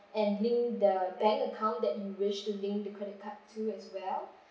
and link the bank account that you wish to link the credit card to as well